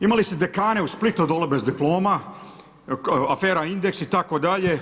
Imali ste dekane u Splitu dole bez diploma, afera Indeks itd.